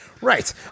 Right